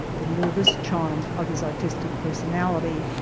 the nervous charm, of his artistic personality.